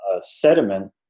sediment